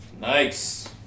Nice